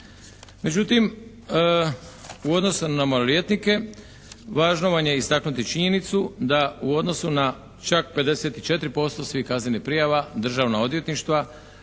Međutim, u odnosu na maloljetnike važno vam je istaknuti činjenicu da u odnosu na čak 54% svih kaznenih prijava državna odvjetništva